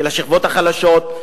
של השכבות החלשות,